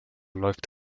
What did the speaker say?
läuft